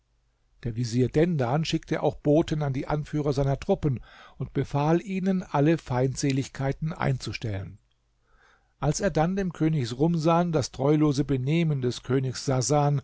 der vezier dendan schickte auch boten an die anführer seiner truppen und befahl ihnen alle feindseligkeiten einzustellen als er dann dem könig rumsan das treulose benehmen des königs sasan